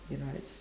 you know it's